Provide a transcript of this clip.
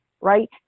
right